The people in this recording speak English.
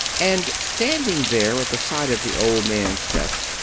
and standing there at the side of the old man's desk,